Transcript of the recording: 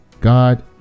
God